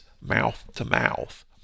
mouth-to-mouth